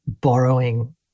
Borrowing